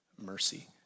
mercy